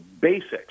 basics